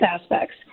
aspects